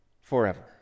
forever